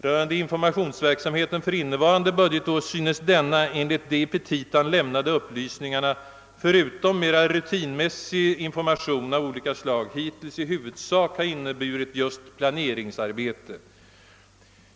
Rörande informationsverksamheten för innevarande budgetår synes denna, enligt de i SIDA:s petita lämnade upplysningarna, förutom mera rutinmässig information av olika slag hittills i huvudsak ha inneburit just planeringsarbete.